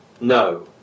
no